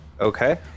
okay